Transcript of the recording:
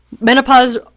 Menopause